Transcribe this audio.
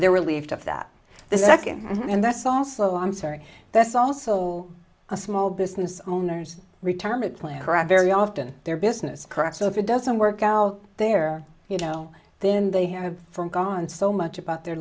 they're relieved of that this second and that's also i'm sorry that's also a small business owners retirement plan very often their business correct so if it doesn't work out there you know then they have from gone so much about their